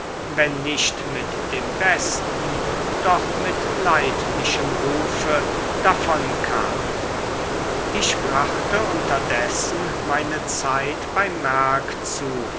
wenn nicht mit dem besten doch mit leidlichem rufe davon kamen ich brachte unterdessen meine zeit bei merck zu